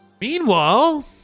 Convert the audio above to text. Meanwhile